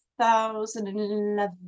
2011